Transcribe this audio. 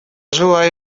желаю